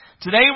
Today